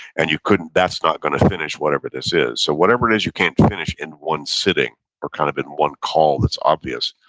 and you couldn't. that's not going to finish whatever this is. so whatever it is you can't finish in one sitting or kind of in one call that's obvious,